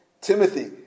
Timothy